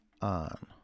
on